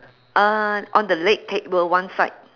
uh on the leg table one side